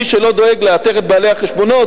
מי שלא דואג לאתר את בעלי החשבונות